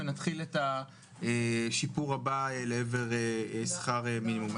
ונתחיל את השיפור הבא לעבר שכר מינימום.